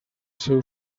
seu